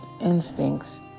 instincts